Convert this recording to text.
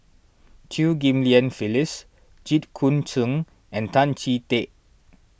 Chew Ghim Lian Phyllis Jit Koon Ch'ng and Tan Chee Teck